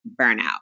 burnout